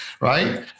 right